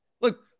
Look